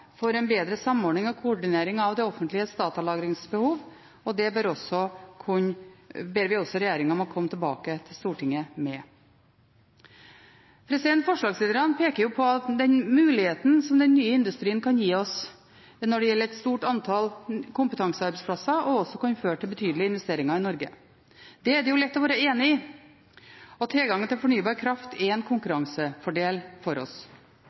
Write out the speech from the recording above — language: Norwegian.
for en bedre samordning og koordinering av det offentliges datalagringsbehov, og det ber vi også regjeringen om å komme tilbake til Stortinget med. Forslagsstillerne peker på muligheten som den nye industrien kan gi oss når det gjelder et stort antall kompetansearbeidsplasser, og som også kan føre til betydelige investeringer i Norge. Det er det lett å være enig i, og tilgangen til fornybar kraft er en konkurransefordel for oss.